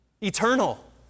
Eternal